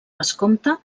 vescomte